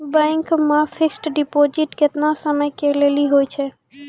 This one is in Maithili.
बैंक मे फिक्स्ड डिपॉजिट केतना समय के लेली होय छै?